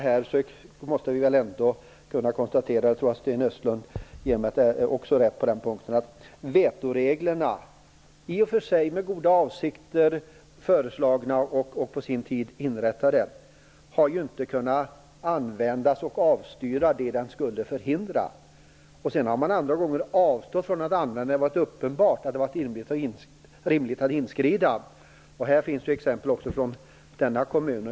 Vi måste väl ändå kunna konstatera - jag tror att Sten Östlund också ger mig rätt på den punkten - att vetoreglerna, i och för sig med goda avsikter föreslagna och på sin tid inrättade, inte har kunnat användas för att avstyra det de skulle förhindra. Sedan har man andra gånger avstått från att använda dem när det har varit uppenbart att det hade varit rimligt att inskrida. Här finns det exempel också från denna kommun.